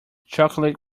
chocolate